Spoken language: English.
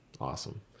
Awesome